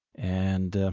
and,